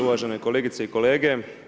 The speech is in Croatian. Uvažene kolegice i kolege.